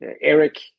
Eric